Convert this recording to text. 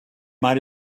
might